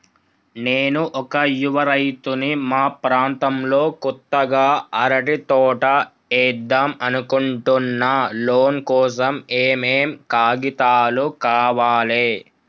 నేను ఒక యువ రైతుని మా ప్రాంతంలో కొత్తగా అరటి తోట ఏద్దం అనుకుంటున్నా లోన్ కోసం ఏం ఏం కాగితాలు కావాలే?